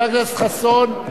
חבר הכנסת חסון,